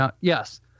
Yes